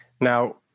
Now